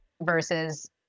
versus